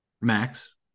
Max